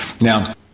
Now